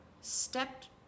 stepped